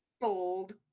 Sold